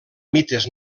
mites